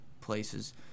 places